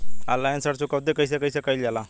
Online ऋण चुकौती कइसे कइसे कइल जाला?